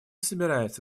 собирается